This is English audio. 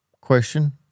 question